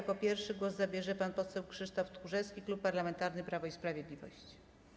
Jako pierwszy głos zabierze pan poseł Krzysztof Tchórzewski, Klub Parlamentarny Prawo i Sprawiedliwość.